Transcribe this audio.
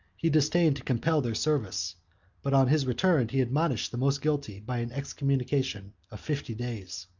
he disdained to compel their service but on his return he admonished the most guilty, by an excommunication of fifty days.